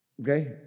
Okay